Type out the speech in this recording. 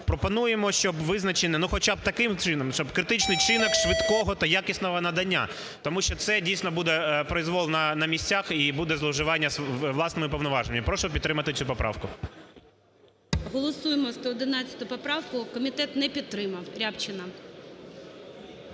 Пропонуємо, щоб визначення, ну, хоча б таким чином, щоб критичний чинник швидкого та якісного надання, тому що це, дійсно, буде проізвол на місцях і буде зловживання власними повноваженнями. Прошу підтримати цю поправку. ГОЛОВУЮЧИЙ. Голосуємо 111 поправку. Комітет не підтримав. Рябчина.